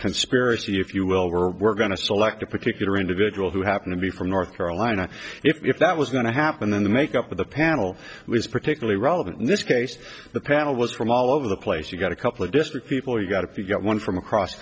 conspiracy if you will were going to select a particular individual who happened to be from north carolina if that was going to happen then the makeup of the panel was particularly relevant in this case the panel was from all over the place you've got a couple of district people you've got if you've got one from across